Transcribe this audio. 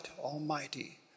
Almighty